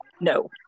no